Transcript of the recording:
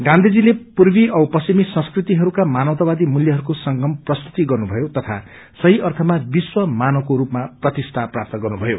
गान्धीजीले पूर्वी औ पश्चिमी संस्कृतिहरूका मानवतावादी मूल्यहरूको संगम प्रस्तुत गरिएको छ तथा सही अर्थमा विश्व मानवको रूपामा प्रतिष्झ प्राप्त गरियो